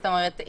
זאת אומרת,